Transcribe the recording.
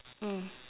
mm